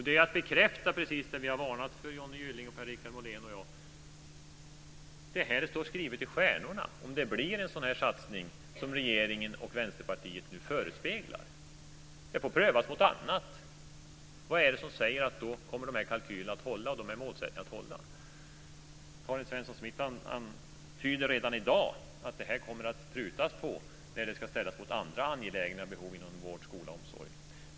Det är att bekräfta precis det som Johnny Gylling, Per-Richard Molén och jag har varnat för, nämligen att det står skrivet i stjärnorna om det blir en sådan satsning som regeringen och Vänsterpartiet nu förespeglar. Det får prövas mot annat. Vad är det som säger att kalkylerna och målsättningarna kommer att hålla? Karin Svensson Smith antyder redan i dag att det här kommer att prutas på när det ställs mot andra angelägna behov inom vård, skola och omsorg.